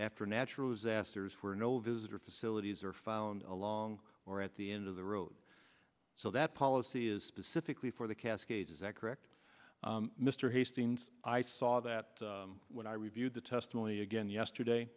after natural disasters were no visitor facilities are found along or at the end of the road so that policy is specifically for the cascades is that correct mr hastings i saw that when i reviewed the testimony again yesterday